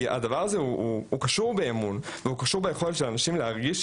כי הדבר הזה הוא קשור באמון והוא קשור ביכולת של אנשים להרגיש,